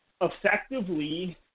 effectively